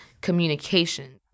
communication